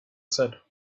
said